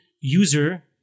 user